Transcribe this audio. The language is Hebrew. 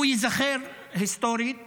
הוא ייזכר היסטורית